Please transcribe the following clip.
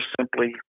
simply